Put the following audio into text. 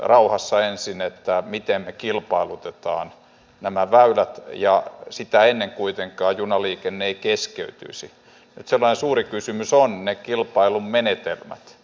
meidän maanpuolustusjärjestelmämme joka perustuu yleiseen asevelvollisuuteen on tehokas ja edullinen ja tätä ei keskeytyisi vetävän suuri kysymys on saa vaarantaa